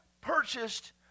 purchased